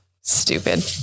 stupid